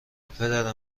پدر